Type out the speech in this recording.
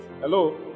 Hello